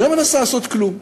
היא לא מנסה לעשות כלום.